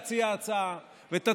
תן לנו להציע הצעה ותצמיד.